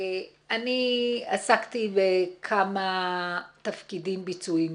אני עסקתי בכמה תפקידים ביצועיים